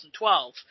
2012